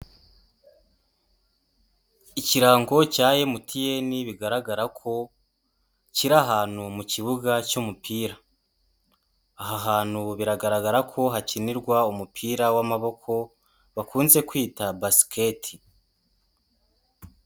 Ikirango cya MTN bigaragara ko kiri ahantu mu kibuga cy'umupira. Aha hantu biragaragara ko hakinirwa umupira w'amaboko bakunze kwita basket.